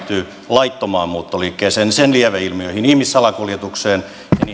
laittomaan muuttoliikkeeseen ja sen lieveilmiöihin ihmissalakuljetukseen